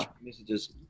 messages